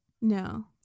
No